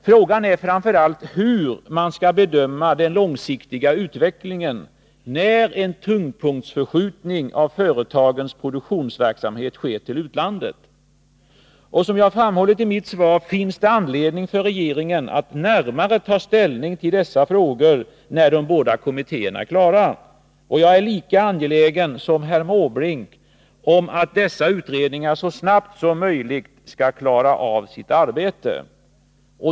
Frågan är framför allt hur man skall bedöma den långsiktiga utvecklingen, när en förskjutning till utlandet av tyngdpunkten i företagens produktionsverksamhet sker. Som jag framhållit i mitt svar finns det anledning för regeringen att närmare ta ställning till dessa frågor, när de båda kommittéerna är klara. Jag är lika angelägen som herr Måbrink om att dessa utredningar så snabbt som möjligt skall klara av sitt arbete.